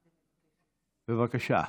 בבקשה.